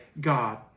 God